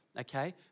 okay